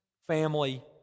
family